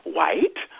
White